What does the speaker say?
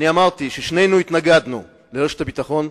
אמרתי ששנינו התנגדנו לרשת ביטחון,